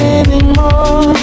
anymore